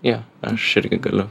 jo aš irgi galiu